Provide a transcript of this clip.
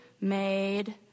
made